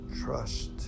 trust